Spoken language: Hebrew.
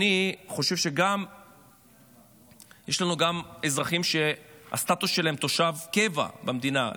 יש לנו גם אזרחים שהסטטוס שלהם הוא תושב קבע במדינה,